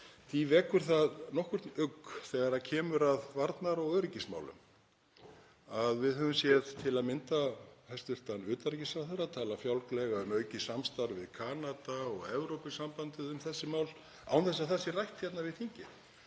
Því vekur það nokkurn ugg þegar kemur að varnar- og öryggismálum að við höfum séð til að mynda hæstv. utanríkisráðherra tala fjálglega um aukið samstarf við Kanada og Evrópusambandið um þessi mál án þess að það sé rætt við þingið.